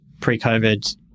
pre-COVID